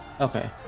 okay